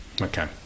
Okay